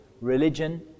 religion